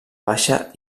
baixa